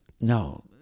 No